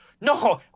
no